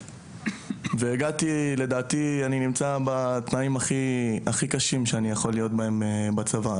אני חושב שאני נמצא בתנאים הכי קשים שאני יכול להיות בהם בצבא.